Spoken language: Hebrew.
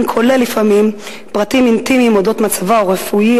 כולל לפעמים פרטים אינטימיים על מצבו הרפואי,